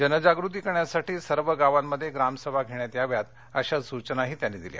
जनजागृती करण्यासाठी सर्व गावांमध्ये ग्रामसभा घेण्यात याव्यात अशा सुचनाही मुख्यमंत्र्यांनी दिल्या